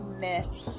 miss